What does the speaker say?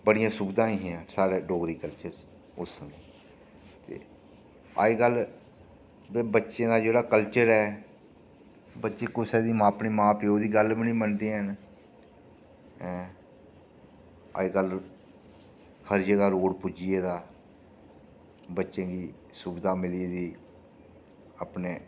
बड़ियां सुविधां हियां साढ़े डोगरी कल्चर च उस समें ते अज्ज कल दे बच्चें दा जेह्ड़ा कल्चर ऐ बच्चे कुसै अपने मां प्यो दी गल्ल बी निं मनदे हैन अज्ज कल हर जगह् रोड़ पुज्जी गेदा बच्चें गी सुविधा मिली गेदी अपने